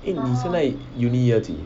eh 你现在 uni year 几